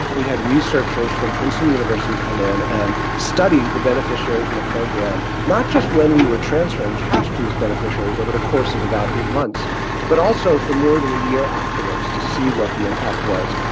we had researchers from princeton university come in and study the beneficiaries in the program, not just when we were transferring cash to these beneficiaries over the course of about eight months but also for more than a year afterwards, to see what the impact was.